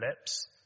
lips